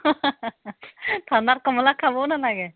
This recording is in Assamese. ঠাণ্ডাত কমলা খাবও নালাগে